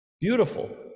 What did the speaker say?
beautiful